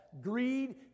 Greed